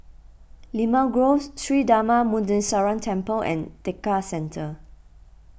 Limau Grove Sri Darma Muneeswaran Temple and Tekka Centre